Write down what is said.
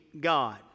God